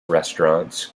restaurants